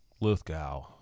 Lithgow